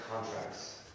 contracts